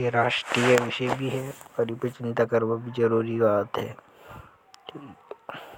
यो राष्ट्रीय विषय भी है और इप चिंता कर बो भी जरूरी हे।